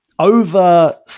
Over